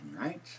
right